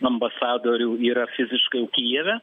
ambasadorių yra fiziškai kijeve